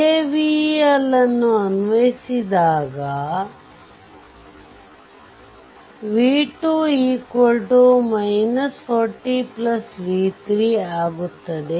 KVL ನ್ನು ಅನ್ವಯಿಸಿದಾಗ v2 40 v3 ಆಗುತ್ತದೆ